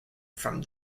from